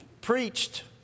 preached